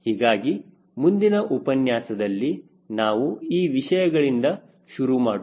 ಹೀಗಾಗಿ ಮುಂದಿನ ಉಪನ್ಯಾಸದಲ್ಲಿ ನಾವು ಈ ವಿಷಯಗಳಿಂದ ಶುರು ಮಾಡೋಣ